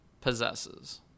possesses